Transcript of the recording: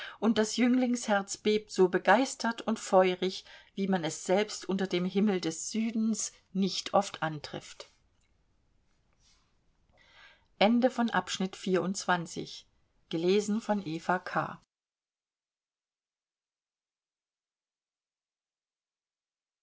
und das jünglingsherz bebt so begeistert und feurig wie man es selbst unter dem himmel des südens nicht oft antrifft